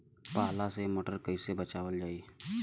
पाला से मटर कईसे बचावल जाई?